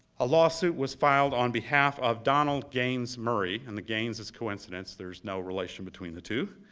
a lawsuit was filed on behalf of donald gaines murray, and the gaines is coincidence, there's no relation between the two.